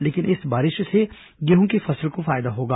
लेकिन इस बारिश से गेहं की फसल को फायदा होगा